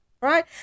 right